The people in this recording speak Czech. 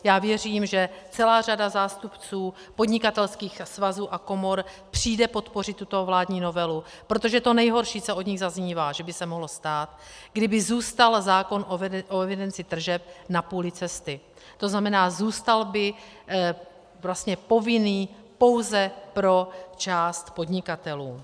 Já věřím, že celá řada zástupců podnikatelských svazů a komor přijde podpořit tuto vládní novelu, protože to nejhorší, co od nich zaznívá, že by se mohlo stát, kdyby zůstal zákon o evidenci tržeb na půli cesty, to znamená, zůstal by vlastně povinný pouze pro část podnikatelů.